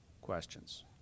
questions